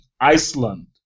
Iceland